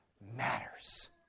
matters